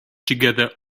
together